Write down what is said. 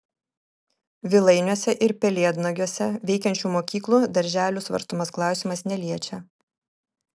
vilainiuose ir pelėdnagiuose veikiančių mokyklų darželių svarstomas klausimas neliečia